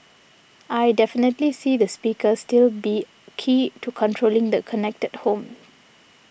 I definitely see the speaker still be key to controlling the connected home